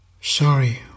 Sorry